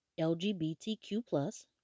LGBTQ+